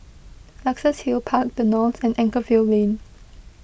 Luxus Hill Park the Knolls and Anchorvale Lane